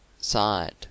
side